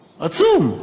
עצום,